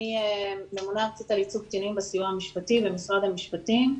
אני ממונה ארצית על ייצוג קטינים בסיוע המשפטי במשרד המשפטים.